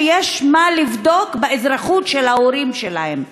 שיש מה לבדוק באזרחות של ההורים שלהם,